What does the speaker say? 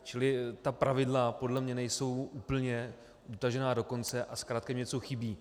Čili ta pravidla podle mě nejsou úplně utažená do konce a zkrátka jim něco chybí.